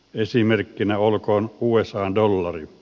esimerkkinä olkoon usan dollari